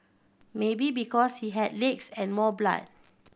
maybe because it had legs and more blood